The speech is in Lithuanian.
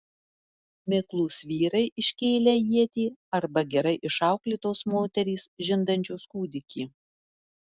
miklūs vyrai iškėlę ietį arba gerai išauklėtos moterys žindančios kūdikį